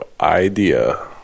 idea